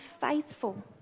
faithful